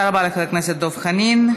תודה לחבר הכנסת דב חנין.